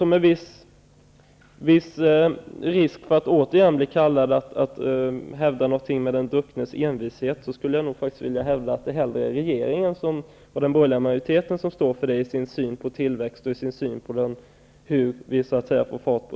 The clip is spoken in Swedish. Med viss risk för att återigen bli beskylld för att hävda någonting med den drucknes envishet, skulle jag faktiskt vilja hävda att det snarare är regeringen och den borgerliga majoriteten som står för detta i sin syn på tillväxt och i sin syn på hur vi får fart på